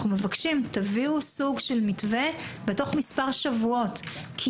אנחנו מבקשים שתביאו סוג של מתווה בתוך מספר שבועות כי